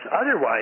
otherwise